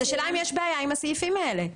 השאלה, האם יש בעיה עם הסעיפים האלה?